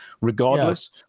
regardless